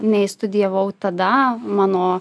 nei studijavau tada mano